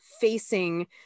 facing